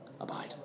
abide